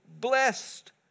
blessed